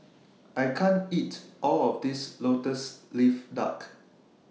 I can't eat All of This Lotus Leaf Duck